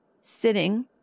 sitting